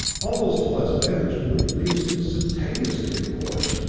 all those floods of energy were released instantaneously, of course.